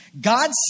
God